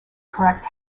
correct